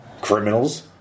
criminals